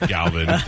Galvin